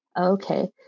Okay